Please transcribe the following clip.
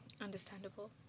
Understandable